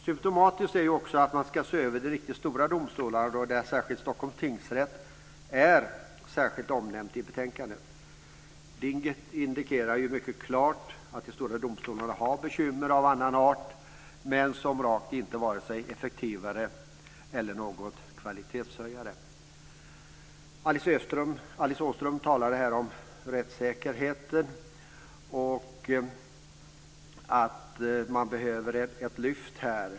Symtomatiskt är ju också att man ska se över de riktigt stora domstolarna. Stockholms tingsrätt är särskilt omnämnt i betänkandet. Det indikerar mycket klart att de stora domstolarna har bekymmer av annan art men att de rakt inte är effektivare eller några kvalitetshöjare. Alice Åström talade här om rättssäkerheten och att man behöver ett lyft där.